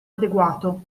adeguato